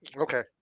Okay